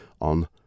on